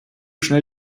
schnell